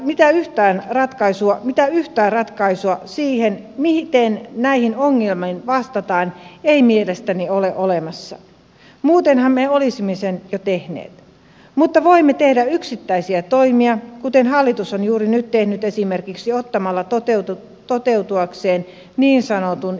mitään yhtä ratkaisua siihen miten näihin ongelmiin vastataan ei mielestäni ole olemassa muutenhan me olisimme sen jo tehneet mutta voimme tehdä yksittäisiä toimia kuten hallitus on juuri nyt tehnyt esimerkiksi ottamalla toteuttaakseen niin sanotun joustavan hoitorahan